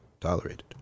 tolerated